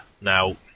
Now